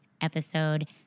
episode